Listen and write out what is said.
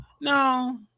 No